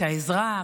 את העזרה,